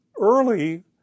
early